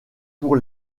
pour